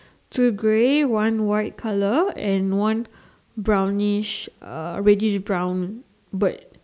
two grey one white colour and one brownish uh reddish brown bird